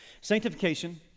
Sanctification